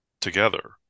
together